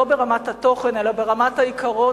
לא ברמת התוכן אלא ברמת העיקרון,